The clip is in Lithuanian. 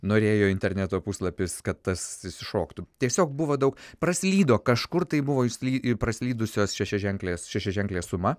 norėjo interneto puslapis kad tas išsišoktų tiesiog buvo daug praslydo kažkur tai buvo išsly ir praslydusios šešiaženklės šešiaženklė suma